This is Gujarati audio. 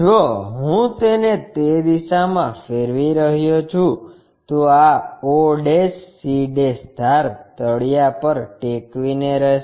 જો હું તેને તે દિશામાં ફેરવી રહ્યો છું તો આ o c ધાર તળીયા પર ટેકવીને રહેશે